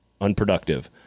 unproductive